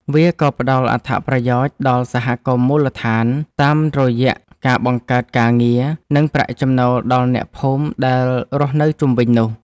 វាក៏ផ្ដល់អត្ថប្រយោជន៍ដល់សហគមន៍មូលដ្ឋាន តាមរយៈការបង្កើតការងារ និងប្រាក់ចំណូលដល់អ្នកភូមិដែលរស់នៅជុំវិញនោះ។